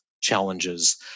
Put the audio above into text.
challenges